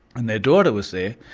and their daughter was there.